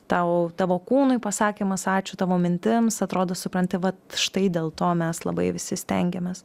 tau tavo kūnui pasakymas ačiū tavo mintims atrodo supranti vat štai dėl to mes labai visi stengėmės